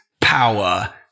power